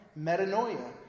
Metanoia